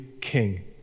king